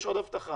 יש עוד הבטחה,